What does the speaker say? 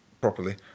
properly